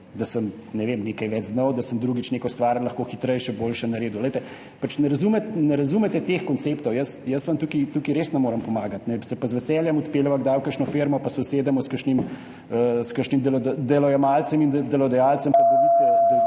da sem več znal, da sem drugič neko stvar lahko hitreje, boljše naredil. Pač ne razumete teh konceptov. Jaz vam tukaj res ne morem pomagati. Se pa z veseljem odpeljeva kdaj v kakšno firmo in se usedemo s kakšnim delojemalcem in delodajalcem,